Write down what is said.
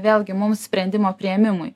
vėlgi mums sprendimo priėmimui